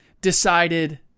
decided